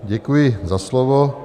Děkuji za slovo.